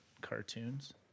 Cartoons